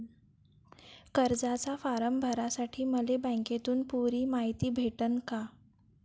कर्जाचा फारम भरासाठी मले बँकेतून पुरी मायती भेटन का?